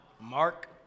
Mark